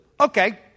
okay